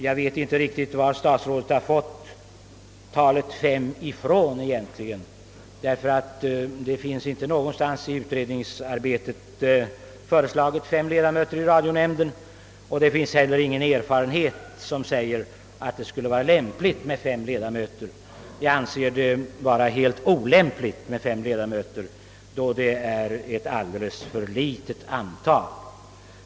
Jag vet inte riktigt var statsrådet har fått antalet fem ifrån, ty det finns inte någonstans i utredningen nämnt någonting om fem ledamöter i radionämnden. Det finns heller ingen erfarenhet som säger att det skulle vara lämpligt med fem ledamö ter. Vi anser att det är alldeles för litet med fem ledamöter.